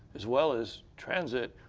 as well as transit,